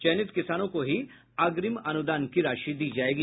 चयनित किसानों को ही अग्रिम अनुदान की राशि दी जायेगी